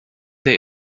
they